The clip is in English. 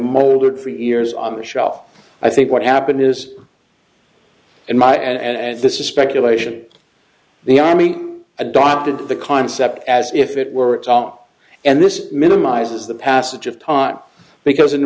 molded for years on the shelf i think what happened is in my and this is speculation the army adopted the concept as if it were its own and this minimizes the passage of time because in